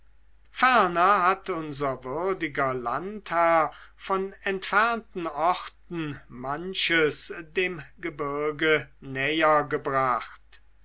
hat unser würdiger landherr von entfernten orten manches notwendige dem gebirge näher gebracht